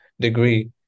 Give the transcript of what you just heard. degree